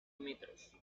metros